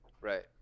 right